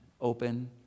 open